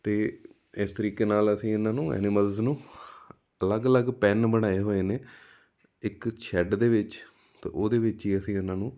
ਅਤੇ ਇਸ ਤਰੀਕੇ ਨਾਲ ਅਸੀਂ ਇਹਨਾਂ ਨੂੰ ਐਨੀਮਲਜ ਨੂੰ ਅਲੱਗ ਅਲੱਗ ਪੈਨ ਬਣਾਏ ਹੋਏ ਨੇ ਇੱਕ ਸ਼ੈੱਡ ਦੇ ਵਿੱਚ ਅਤੇ ਉਹਦੇ ਵਿੱਚ ਹੀ ਅਸੀਂ ਇਹਨਾਂ ਨੂੰ